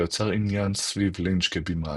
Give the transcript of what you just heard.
ויצר עניין סביב לינץ' כבמאי,